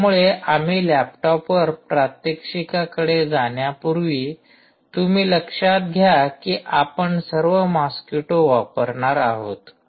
त्यामुळे आम्ही लॅपटॉपवर प्रात्यक्षिकाकडे जाण्यापूर्वी तुम्ही लक्षात घ्या की आपण सर्व मॉस्किटो वापरणार आहोत